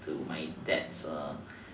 to my dad